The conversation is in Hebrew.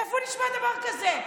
איפה נשמע דבר כזה?